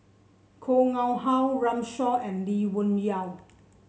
Koh Nguang How Runme Shaw and Lee Wung Yew